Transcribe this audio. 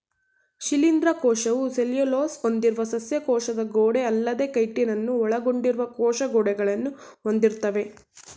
ಶಿಲೀಂಧ್ರ ಕೋಶವು ಸೆಲ್ಯುಲೋಸ್ ಹೊಂದಿರುವ ಸಸ್ಯ ಕೋಶದ ಗೋಡೆಅಲ್ಲದೇ ಕೈಟಿನನ್ನು ಒಳಗೊಂಡಿರುವ ಕೋಶ ಗೋಡೆಗಳನ್ನು ಹೊಂದಿರ್ತವೆ